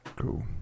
Cool